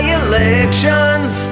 elections